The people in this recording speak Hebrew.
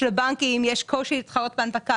שלבנקים יש קושי להתחרות בהנפקה,